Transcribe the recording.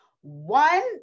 One